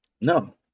No